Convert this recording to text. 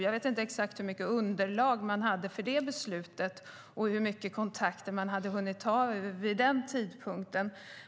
Jag vet inte exakt hur mycket underlag man hade för beslutet och hur mycket kontakter man hade hunnit ha vid den tidpunkten.